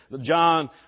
John